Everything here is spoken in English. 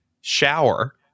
shower